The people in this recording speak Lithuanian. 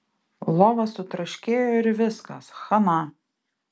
lova sutraškėjo ir viskas chana